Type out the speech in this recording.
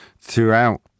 throughout